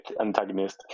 antagonist